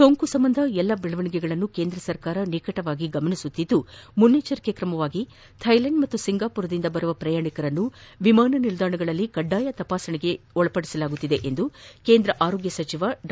ಸೋಂಕು ಸಂಬಂಧ ಎಲ್ಲ ಬೆಳವಣಿಗೆಗಳನ್ನು ಕೇಂದ್ರ ಸರ್ಕಾರ ನಿಕಟವಾಗಿ ಗಮನಿಸುತ್ತಿದ್ದು ಮುನ್ನೆಚ್ಲರಿಕಾ ಕ್ರಮವಾಗಿ ಥಾಯ್ಲೆಂಡ್ ಹಾಗೂ ಸಿಂಗಾಪುರ್ನಿಂದ ಬರುವ ಪ್ರಯಾಣಿಕರನ್ನು ವಿಮಾನ ನಿಲ್ದಾಣಗಳಲ್ಲಿ ಕಡ್ಡಾಯ ತಪಾಸಣೆ ನಡೆಸಲಾಗುತ್ತಿದೆ ಎಂದು ಕೇಂದ್ರ ಆರೋಗ್ಲ ಸಚಿವ ಡಾ